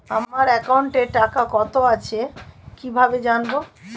আমার একাউন্টে টাকা কত আছে কি ভাবে জানবো?